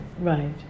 right